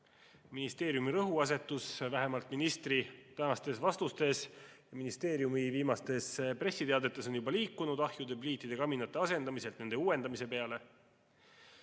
Ministeeriumi rõhuasetus, vähemalt ministri tänastes vastustes ja ministeeriumi viimastes pressiteadetes on juba liikunud ahjude, pliitide, kaminate asendamiselt nende uuendamise peale.